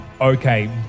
Okay